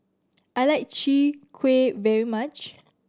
I like Chwee Kueh very much